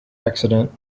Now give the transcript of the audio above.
accident